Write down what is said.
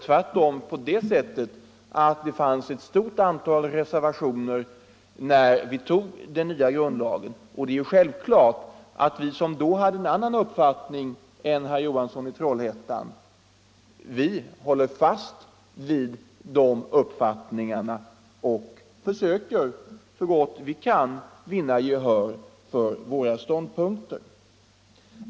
Tvärtom fanns det ett stort antal reservationer när riksdagen tog den nya grundlagen. Det är självklart att vi som då hade andra uppfattningar än herr Johansson i Trollhättan håller fast vid dessa och så gott vi kan försöker vinna gehör för dem.